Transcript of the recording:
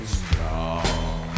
strong